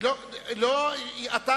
זה לא כתוב בנאום.